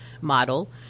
model